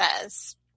says